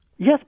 Yes